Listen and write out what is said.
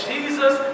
Jesus